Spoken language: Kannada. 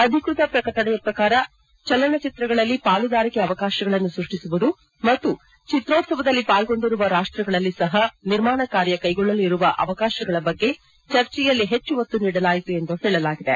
ಅಧಿಕೃತ ಪ್ರಕಟಣೆಯ ಪ್ರಕಾರ ಚಲನಚಿತ್ರಗಳಲ್ಲಿ ಪಾಲುದಾರಿಕೆ ಅವಕಾಶಗಳನ್ನು ಸೃಷ್ಟಿಸುವುದು ಮತ್ತು ಚಿತ್ರೋತ್ಸವದಲ್ಲಿ ಪಾಲ್ಗೊಂಡಿರುವ ರಾಷ್ಟಗಳಲ್ಲಿ ಸಹ ನಿರ್ಮಾಣ ಕಾರ್ಯ ಕೈಗೊಳ್ಳಲು ಇರುವ ಅವಕಾಶಗಳ ಬಗ್ಗೆ ಚರ್ಚೆಯಲ್ಲಿ ಹೆಚ್ಚು ಒತ್ತು ನೀಡಲಾಯಿತು ಎಂದು ಹೇಳಲಾಗಿದೆ